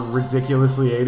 ridiculously